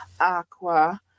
aqua